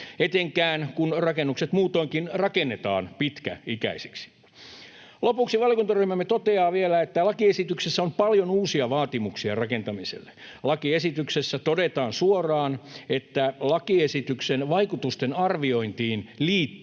etenkään, kun rakennukset muutoinkin rakennetaan pitkäikäisiksi. Lopuksi valiokuntaryhmämme toteaa vielä, että lakiesityksessä on paljon uusia vaatimuksia rakentamiselle. Lakiesityksessä todetaan suoraan, että lakiesityksen vaikutusten arviointiin liittyy